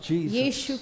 Jesus